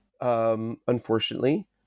unfortunately